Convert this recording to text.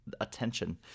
attention